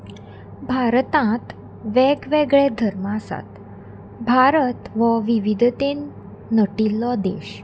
भारतांत वेगवेगळे धर्म आसात भारत हो विविधतेन नटिल्लो देश